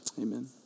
amen